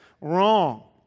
wrong